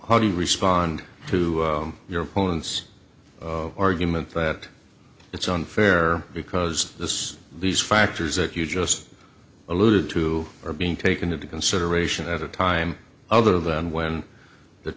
how do you respond to your opponents argument that it's unfair because this these factors that you just alluded to are being taken into consideration at a time other than when the